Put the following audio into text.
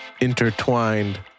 intertwined